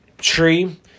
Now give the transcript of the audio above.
Tree